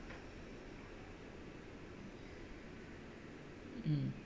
mm